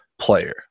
player